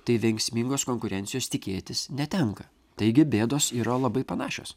tai veiksmingos konkurencijos tikėtis netenka taigi bėdos yra labai panašios